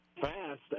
fast